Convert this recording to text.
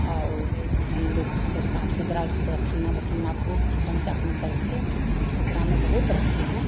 और हम लोग उसको साफ़ सुथरा उसको अथान्ना बथान्ना पोंछ चिकन चाकन करके साफ़ सुथरा में बहुत रहते हैं